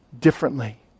differently